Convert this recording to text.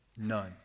None